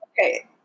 Okay